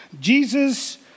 Jesus